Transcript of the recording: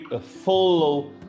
follow